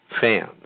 fans